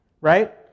Right